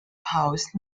house